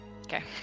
Okay